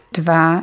dwa